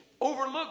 Overlooked